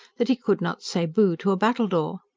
that he could not say bo to a battledore.